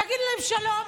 תגיד להם: שלום,